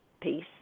peace